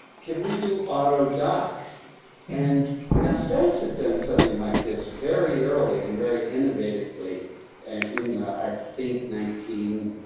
can we do auto dock and now sensit done something like this very early and very innovatively and in i think nineteen